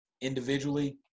individually